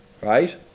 right